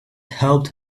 helped